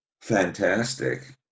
Fantastic